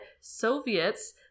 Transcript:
Soviets